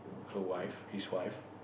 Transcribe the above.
her wife his wife